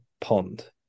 pond